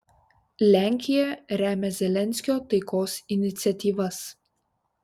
lenkija remia zelenskio taikos iniciatyvas